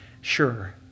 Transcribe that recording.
Sure